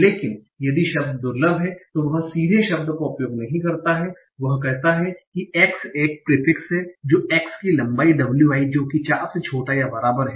लेकिन यदि शब्द दुर्लभ है तो वह सीधे शब्द का उपयोग नहीं करता है वह कहता है कि x एक प्रिफिक्स हैं जो x की लंबाई wi जो कि 4 से छोटा या बराबर है